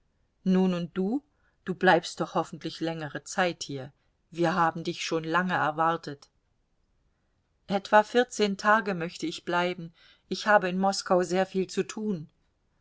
nun und du du bleibst doch hoffentlich längere zeit hier wir haben dich schon lange erwartet etwa vierzehn tage möchte ich bleiben ich habe in moskau sehr viel zu tun